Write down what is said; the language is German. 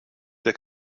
der